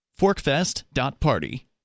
Forkfest.party